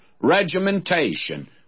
regimentation